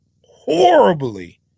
horribly